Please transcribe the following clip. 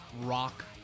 rock